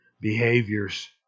behaviors